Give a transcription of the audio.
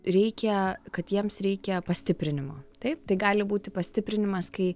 reikia kad jiems reikia pastiprinimo taip tai gali būti pastiprinimas kai